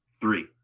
three